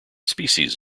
species